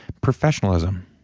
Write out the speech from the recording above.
professionalism